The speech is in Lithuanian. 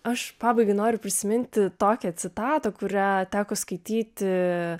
aš pabaigai noriu prisiminti tokią citatą kurią teko skaityti